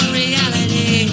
reality